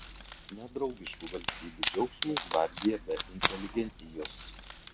nedraugiškų valstybių džiaugsmui gvardija be inteligentijos